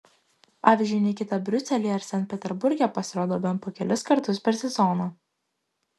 pavyzdžiui nikita briuselyje ar sankt peterburge pasirodo bent po kelis kartus per sezoną